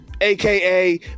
aka